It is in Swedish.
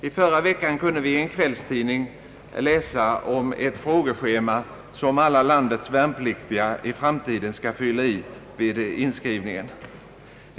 I förra veckan kunde vi i en kvällstidning läsa om ett frågeschema som landets alla värnpliktiga i framtiden skall fylla i vid inskrivningen.